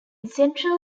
central